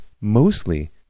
mostly